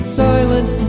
silent